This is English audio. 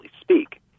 speak